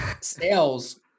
sales –